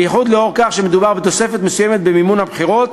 בייחוד לאור כך שמדובר בתוספת מסוימת במימון הבחירות,